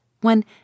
when